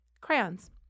crayons